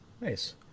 Nice